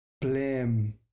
blame